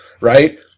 Right